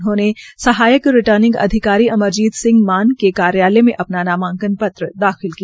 उन्होने सहायक रिटानिंग अधिकारी अमरजीत सिंह मान के कार्यालय मे अपना नामांकन पत्र दाखिल किया